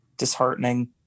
disheartening